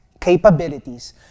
capabilities